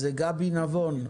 גבי נבון,